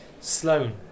Sloan